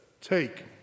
take